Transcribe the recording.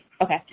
Okay